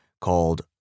called